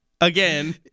again